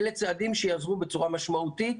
אלה צעדים שיעזרו בצורה משמעותית.